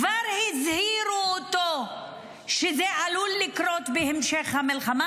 כבר הזהירו אותו שזה עלול לקרות בהמשך המלחמה,